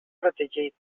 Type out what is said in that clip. protegits